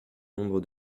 nombre